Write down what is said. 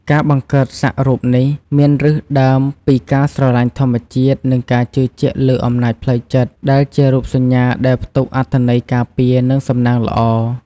ការបង្កើតសាក់រូបនេះមានឫសដើមពីការស្រឡាញ់ធម្មជាតិ និងការជឿជាក់លើអំណាចផ្លូវចិត្ត ដែលជារូបសញ្ញាដែលផ្ទុកអត្ថន័យការពារ និងសំណាងល្អ។